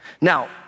Now